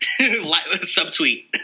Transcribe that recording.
Subtweet